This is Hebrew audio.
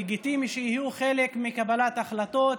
לגיטימי שיהיו חלק מקבלת ההחלטות,